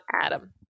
Adam